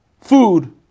food